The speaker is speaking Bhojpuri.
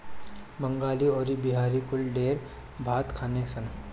बंगाली अउरी बिहारी कुल ढेर भात खाने सन